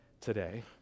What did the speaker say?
today